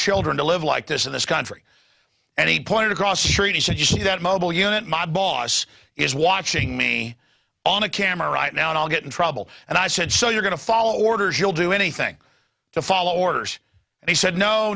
children to live like this in this country and he pointed across the street and said you see that mobile unit my boss is watching me on a camera right now and i'll get in trouble and i said so you're going to follow orders you'll do anything to follow orders and he said no